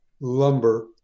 lumber